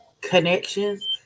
connections